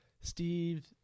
Steve